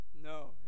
No